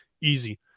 easy